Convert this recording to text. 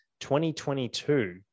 2022